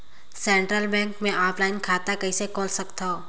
Central bank मे offline खाता कइसे खोल सकथव?